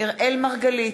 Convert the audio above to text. אראל מרגלית,